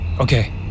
Okay